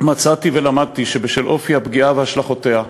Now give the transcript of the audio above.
מצאתי ולמדתי שבשל אופי הפגיעה והשלכותיה,